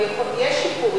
יש שיפור,